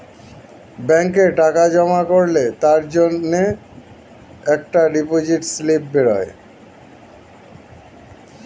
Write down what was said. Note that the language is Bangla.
ব্যাংকে টাকা জমা করলে তার জন্যে একটা ডিপোজিট স্লিপ বেরোয়